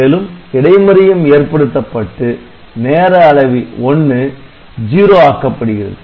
மேலும் இடைமறியும் ஏற்படுத்தப்பட்டு நேர அளவி 1 '0' ஆக்கப்படுகிறது